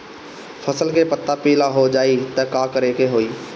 फसल के पत्ता पीला हो जाई त का करेके होई?